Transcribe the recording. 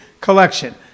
collection